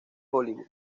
hollywood